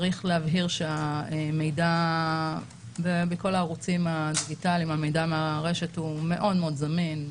צריך להבהיר שהמידע מהרשת בכל הערוצים הדיגיטליים הוא מאוד מאוד זמין.